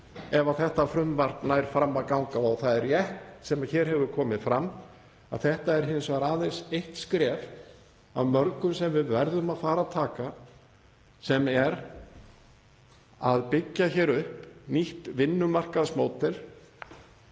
ef þetta frumvarp nær fram að ganga. Það er rétt, sem hér hefur komið fram, að þetta er hins vegar aðeins eitt skref af mörgum sem við verðum að fara að taka, sem er að byggja hér upp nýtt vinnumarkaðsmódel